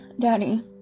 daddy